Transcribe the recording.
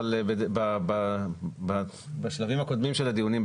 אבל בשלבים הקודמים של הדיונים,